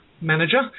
manager